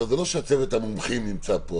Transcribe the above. זה לא שצוות המומחים נמצא פה,